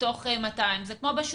בטח עשיתם סקר